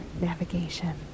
navigation